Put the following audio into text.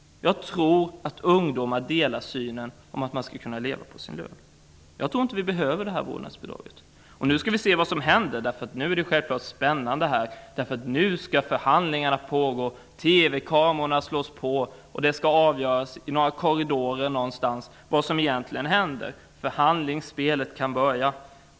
Jag tror att ungdomar delar uppfattningen att man skall kunna leva på sin lön. Jag tror inte att vi behöver vårdnadsbidraget. Vi skall nu se vad som händer. Det är självfallet spännande. Nu skall förhandlingarna börja, TV kamerorna skall slås på, och det skall avgöras i några korridorer vad som egentligen skall hända. Förhandlingsspelet kan börja.